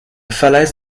falaise